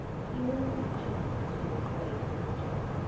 here was his chance to do a great mischief.